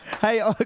Hey